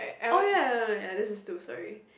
oh ya this is two sorry